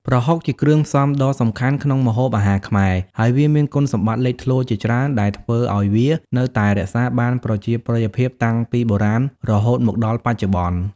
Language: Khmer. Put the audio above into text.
ប្រហុក ជាគ្រឿងផ្សំដ៏សំខាន់ក្នុងម្ហូបអាហារខ្មែរ ហើយវាមានគុណសម្បត្តិលេចធ្លោជាច្រើនដែលធ្វើឱ្យវានៅតែរក្សាបានប្រជាប្រិយភាពតាំងពីបុរាណរហូតមកដល់បច្ចុប្បន្ន។